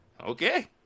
Okay